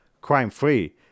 crime-free